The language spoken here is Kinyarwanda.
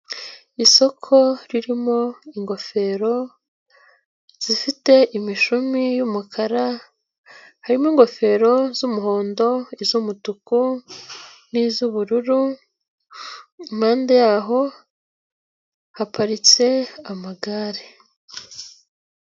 Isoko ririmo ingofero zifite imishumi y'umukara, harimo ingofero z'umuhondo, iz'umutuku n'iz'ubururu, impande yaho haparitse amagare.